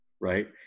right